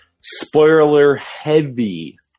spoiler-heavy